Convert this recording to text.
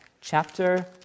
chapter